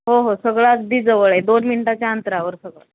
हो हो सगळं अगदी जवळ आहे दोन मिनटांच्या अंतरावर सगळं